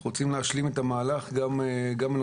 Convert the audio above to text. אנחנו רוצים להשלים את המהלך גם בנושא